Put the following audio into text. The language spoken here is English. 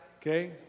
okay